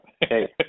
Hey